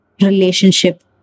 relationship